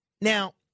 Now